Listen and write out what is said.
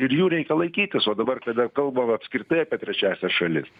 ir jų reikia laikytis o dabar kada kalbam apskritai apie trečiąsias šalis